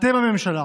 אתם הממשלה,